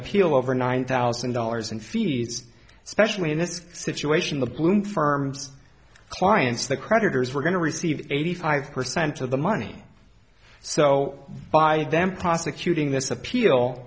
appeal over nine thousand dollars in fees especially in this situation the boom firms clients the creditors were going to receive eighty five percent of the money so by them prosecuting this appeal